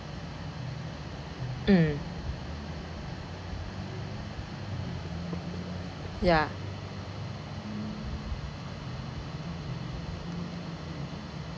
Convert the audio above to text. mm ya